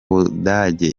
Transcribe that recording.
budage